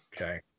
Okay